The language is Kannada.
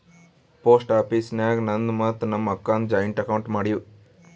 ಪೋಸ್ಟ್ ಆಫೀಸ್ ನಾಗ್ ನಂದು ಮತ್ತ ನಮ್ ಅಕ್ಕಾದು ಜಾಯಿಂಟ್ ಅಕೌಂಟ್ ಮಾಡಿವ್